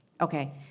Okay